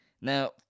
Now